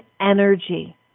energy